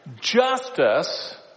Justice